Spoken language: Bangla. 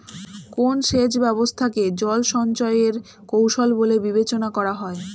কোন সেচ ব্যবস্থা কে জল সঞ্চয় এর কৌশল বলে বিবেচনা করা হয়?